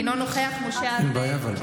אינו נוכח משה ארבל,